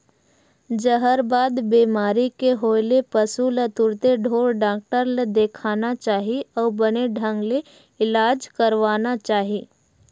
जहरबाद बेमारी के होय ले पसु ल तुरते ढ़ोर डॉक्टर ल देखाना चाही अउ बने ढंग ले इलाज करवाना चाही